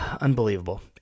Unbelievable